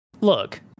Look